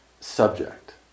subject